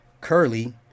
Curly